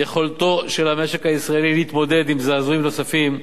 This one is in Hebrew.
יכולתו של המשק הישראלי להתמודד עם זעזועים נוספים,